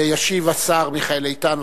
וישיב השר מיכאל איתן.